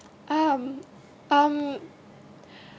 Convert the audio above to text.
um